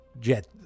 Jet